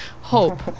Hope